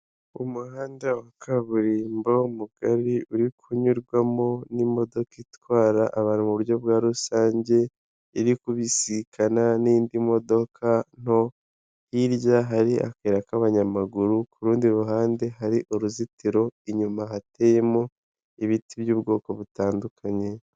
umuhanda wa kaburimbo mugari uri kunyurwamo n'imodoka itwara abantu mu buryo bwa rusange, iri kubisikana n'indi modoka nto, hirya hari akayira k'abanyamaguru, ku rundi ruhande hari uruzitiro, inyuma hateyemo ibiti by'ubwoko butandukanye.